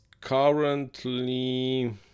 currently